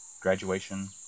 graduation